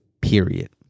Period